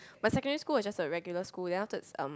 my secondary school was just a regular school then afterwards um